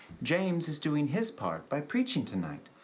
james is doing his part by preaching tonight.